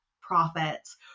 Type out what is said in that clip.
profits